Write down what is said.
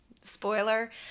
Spoiler